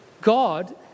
God